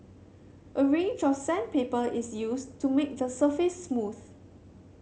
a range of sandpaper is used to make the surface smooth